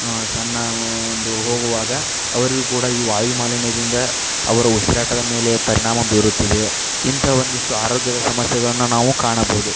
ಸಣ್ಣ ಒಂದು ಹೋಗುವಾಗ ಅವರಿಗೂ ಕೂಡ ಈ ವಾಯುಮಾಲಿನ್ಯದಿಂದ ಅವರ ಉಸಿರಾಟದ ಮೇಲೆ ಪರಿಣಾಮ ಬೀರುತ್ತಿದೆ ಇಂಥ ಒಂದಿಷ್ಟು ಆರೋಗ್ಯದ ಸಮಸ್ಯೆಗಳನ್ನು ನಾವು ಕಾಣಬಹುದು